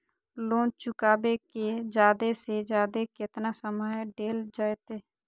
Loan चुकाबे के जादे से जादे केतना समय डेल जयते?